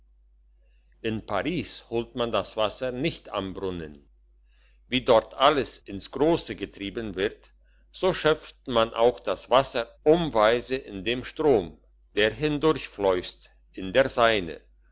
in paris holt man das wasser nicht am brunnen wie dort alles ins grosse getrieben wird so schöpft man auch das wasser ohmweise in dem strom der hindurch fleusst in der seine